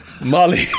Molly